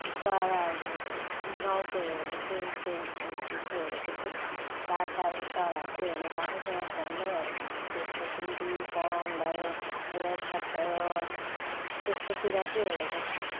चराहरू गाउँको हेरेको छु त्यो रुप्पीहरू चाहिँ हेरेको छु टाढटाढोको चराहरू चाहिँ हेर्न पाएको छैन फोनमै हेरेको छु जस्तै टिभी फोन भयो ल्यापटप भयो त्यस्तोतिर चाहिँ हेरेको छु